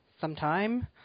sometime